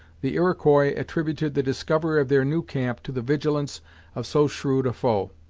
the iroquois attributed the discovery of their new camp to the vigilance of so shrewd a foe.